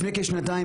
לפני כשנתיים,